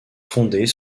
fonder